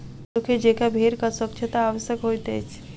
मनुखे जेंका भेड़क स्वच्छता आवश्यक होइत अछि